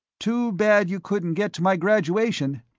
too bad you couldn't get to my graduation.